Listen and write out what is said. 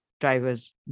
drivers